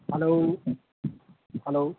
hello hello